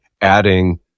adding